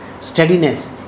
Steadiness